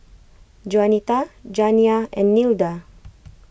Juanita Janiah and Nilda